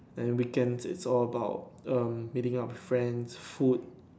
and weekends it's all about um meeting up with friends food